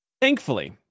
thankfully